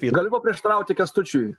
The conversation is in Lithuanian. galiu paprieštarauti kęstučiui